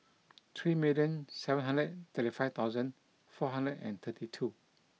three million seven hundred thirty five thousand four hundred and thirty two